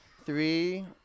three